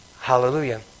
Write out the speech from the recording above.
Hallelujah